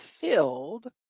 filled